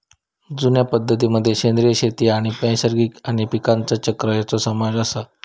जुन्या पद्धतीं मध्ये सेंद्रिय शेती आणि नैसर्गिक आणि पीकांचा चक्र ह्यांचो समावेश आसा